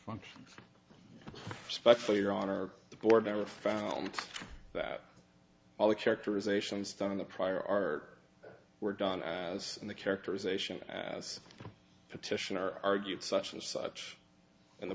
functions spec for your honor the board ever found that all the characterizations done in the prior art were done as in the characterization as petitioner argued such and such and the